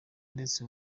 ndetse